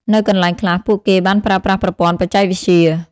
នៅកន្លែងខ្លះ ពួកគេបានប្រើប្រាស់ប្រព័ន្ធបច្ចេកវិទ្យា។